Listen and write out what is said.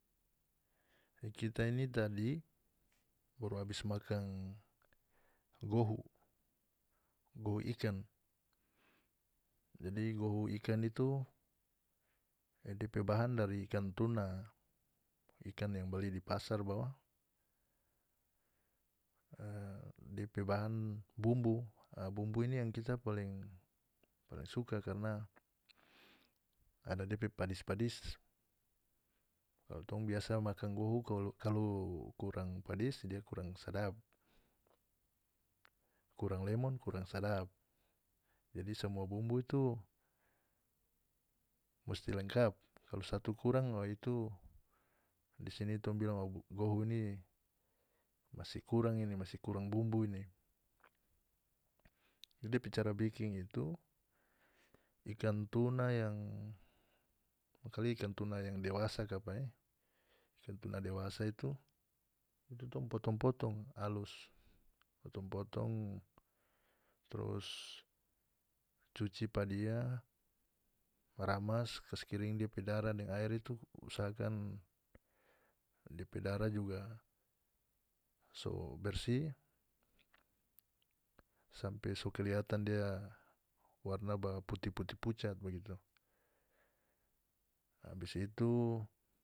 Kita ini tadi baru abis makan gohu gohu ikan jadi gohu ikan itu depe bahan dari ikan tuna ikan yang beli di pasar bawa e depe bahan bumbu e bumbu ini yang kita paling paling suka karna ada depe padis-padis kalu tong biasa makan gohu kalu kurang padis dia kurang sadap kurang lemon kurang sadap jadi samua bumbu itu musti lengkap kalu satu kurang wa itu di sini tong bilang gohu ini masih kurang ini masih kurang bumbu ini jadi depe cara bikin itu ikan tuna yang mangkali ikan tuna yang dewasa kapa e tuna dewasa itu tong potong-potong alus potong-potong trus cuci pa dia ramas kas kiring dia pe darah deng aer itu usahakan depe darah juga so bersih sampe so keliatan dia warna ba putih-putih pucat bagitu abis itu.